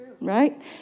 Right